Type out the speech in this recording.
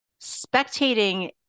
spectating